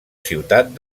ciutat